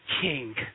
king